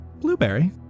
Blueberry